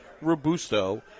Robusto